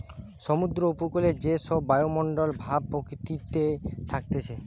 সমুদ্র উপকূলে যে সব বায়ুমণ্ডল ভাব প্রকৃতিতে থাকতিছে